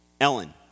Ellen